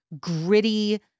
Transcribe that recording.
gritty